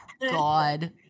God